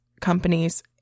companies